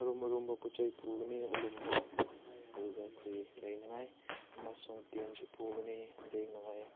ꯑꯔꯨꯝ ꯑꯔꯨꯝꯕ ꯄꯣꯠ ꯆꯩ ꯄꯨꯒꯅꯤ ꯑꯂꯨꯝꯕ ꯑꯗꯨꯗ ꯑꯩꯈꯣꯏ ꯂꯩꯅꯤꯡꯉꯥꯏ ꯑꯃꯁꯨꯡ ꯇꯦꯟꯁꯨ ꯄꯨꯒꯅꯤ ꯂꯦꯛꯅꯤꯡꯉꯥꯏ